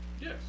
Yes